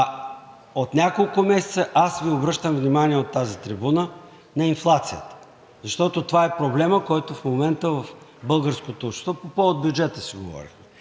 От няколко месеца Ви обръщам внимание от тази трибуна на инфлацията, защото това е проблемът, който в момента в българското общество – по повод бюджета си говорихме,